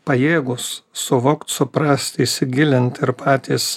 pajėgūs suvokt suprast įsigilint ir patys